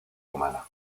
humana